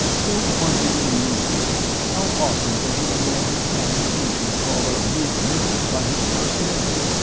joe wondered in amusement how often the little man had found occasion to call a mid-middle by his first name.